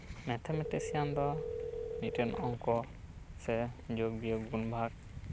mathematician ᱫᱚ ᱢᱤᱫᱴᱮᱱ ᱚᱝᱠᱚ ᱥᱮ ᱡᱳᱜᱽ ᱵᱤᱭᱳᱜᱽ ᱜᱩᱱ ᱵᱷᱟᱜᱽ